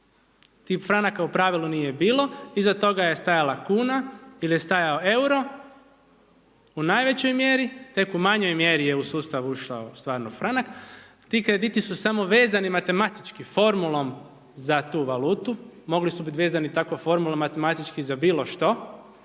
tih franaka u pravilu nije bilo, iza toga je stajala kuna ili je stajao euro u najvećoj mjeri, tek u manjoj mjeri je u sustav ušao stvarno franak. Ti krediti su samo vezani matematički, formulom za tu valutu, mogli su biti tako vezani matematički za bilo što